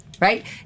Right